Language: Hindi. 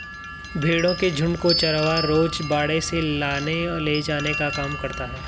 भेंड़ों के झुण्ड को चरवाहा रोज बाड़े से लाने ले जाने का काम करता है